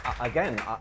Again